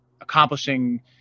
accomplishing